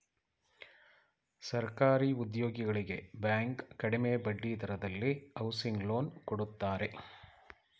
ಸರ್ಕಾರಿ ಉದ್ಯೋಗಿಗಳಿಗೆ ಬ್ಯಾಂಕ್ ಕಡಿಮೆ ಬಡ್ಡಿ ದರದಲ್ಲಿ ಹೌಸಿಂಗ್ ಲೋನ್ ಕೊಡುತ್ತಾರೆ